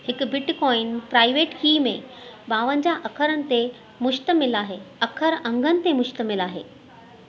हिकु bitcoin private key में ॿावंजाह अख़रनि ते मुश्तमिल आहे अख़र अंगनि ते मुश्तमिल आहे